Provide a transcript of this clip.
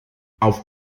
auf